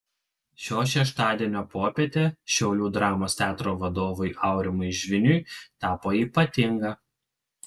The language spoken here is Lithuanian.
šio šeštadienio popietė šiaulių dramos teatro vadovui aurimui žviniui tapo ypatinga